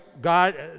God